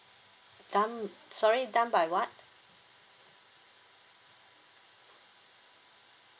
done sorry done by what